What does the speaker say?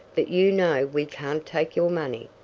but you know we can't take your money.